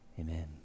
Amen